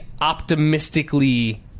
optimistically